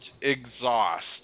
exhaust